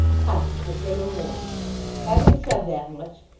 hush! i say no more having said that much,